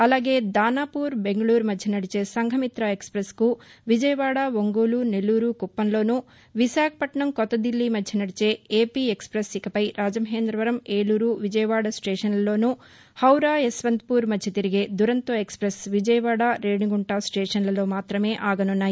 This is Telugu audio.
అలాగే దానాపూర్ బెంగకూరు మధ్య నడిచే సంఘమిత్ర ఎక్స్ పెస్ కు విజయవాడ ఒంగోలు నెల్లూరు కుప్పంలోనూ విశాఖపట్టణం కొత్త దిల్లీ మధ్య నదిచే ఏపీ ఎక్స్ పెస్ ఇకపై రాజమహేందవరం ఏలూరు విజయవాడ స్టేషన్లలోనూ హౌరా యశ్వంతపూర్ మధ్య తిరిగే దురంతో ఎక్స్ పెస్ విజయవాడ రేణిగుంట స్టేషన్లలో మాతమే ఆగనున్నాయి